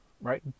right